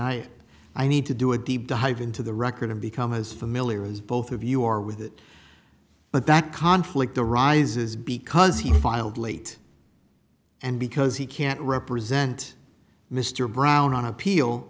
i i need to do a deep dive into the record to become as familiar as both of you are with that but that conflict arises because he filed late and because he can't represent mr brown on appeal